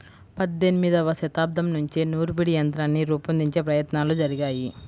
పద్దెనిమదవ శతాబ్దం నుంచే నూర్పిడి యంత్రాన్ని రూపొందించే ప్రయత్నాలు జరిగాయి